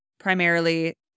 primarily